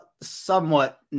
somewhat